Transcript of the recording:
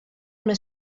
una